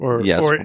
Yes